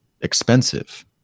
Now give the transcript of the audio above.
expensive